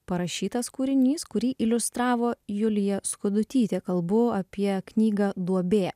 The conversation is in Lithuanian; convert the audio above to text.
parašytas kūrinys kurį iliustravo julija skudutytė kalbu apie knygą duobė